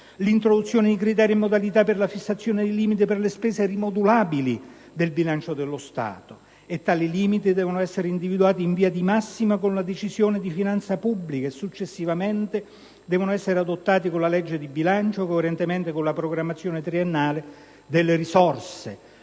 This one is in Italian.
introduzione di criteri e modalità per la fissazione di limiti per le spese rimodulabili del bilancio dello Stato. Tali limiti devono essere individuati in via di massima con la Decisione di finanza pubblica e successivamente devono essere adottati con la legge di bilancio, coerentemente con la programmazione triennale delle risorse.